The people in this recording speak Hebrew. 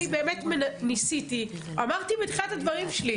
אני באמת ניסיתי ואמרתי בתחילת הדברים שלי,